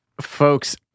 Folks